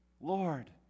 Lord